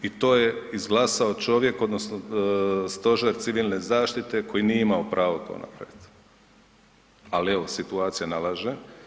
I to je izglasao čovjek odnosno Stožer civilne zaštite koji nije imao to napraviti, ali evo situacija nalaže.